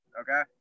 okay